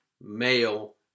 male